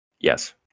Yes